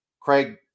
Craig